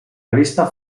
revista